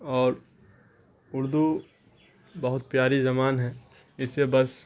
اور اردو بہت پیاری زبان ہے اس سے بس